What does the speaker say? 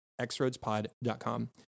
xroadspod.com